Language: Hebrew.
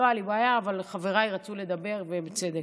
לא הייתה לי בעיה אבל חבריי רצו לדבר ובצדק.